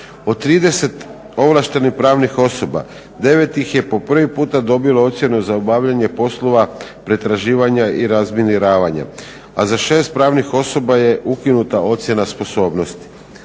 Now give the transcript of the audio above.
Od 30 ovlaštenih pravnih osoba 9 ih je po prvi puta dobilo ocjenu za obavljanje poslova pretraživanja i razminiravanja, a za 6 pravnih osoba je ukinuta ocjena sposobnosti.